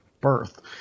birth